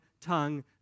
tongue